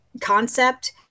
concept